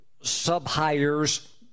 sub-hires